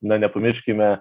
na nepamirškime